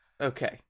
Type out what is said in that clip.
Okay